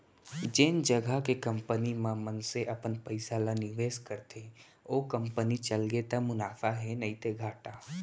जेन जघा के कंपनी म मनसे अपन पइसा ल निवेस करथे ओ कंपनी चलगे त मुनाफा हे नइते घाटा